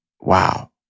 Wow